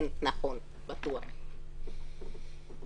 נכון, הרי היא לא תתבע.